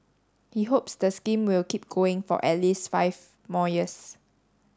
he hopes the scheme will keep going for at least five more years